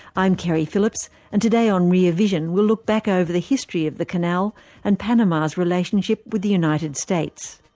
i'm keri phillips and today on rear vision, we'll look back over the history of the canal and panama's relationship with the united states.